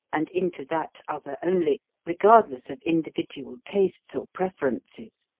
and into that other only, regardless of individual tastes or preferences.